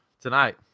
Tonight